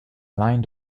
lined